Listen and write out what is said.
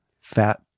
Fat